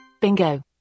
Bingo